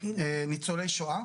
ניצולי שואה.